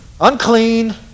unclean